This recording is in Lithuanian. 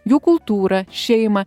jų kultūrą šeimą